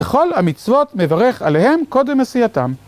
וכל המצוות מברך עליהם קודם עשייתם.